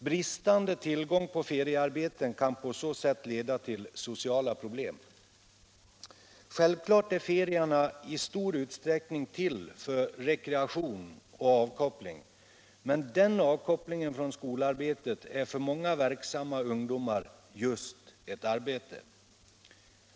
Bristande tillgång på feriearbeten kan på så sätt leda till sociala problem. Självfallet är ferierna i stor utsträckning till för rekreation och avkoppling, men den lämpligaste avkopplingen från skolarbetet är för många verksamma ungdomar just ett arbete.